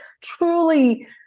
truly